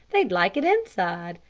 they'd like it inside.